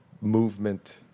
movement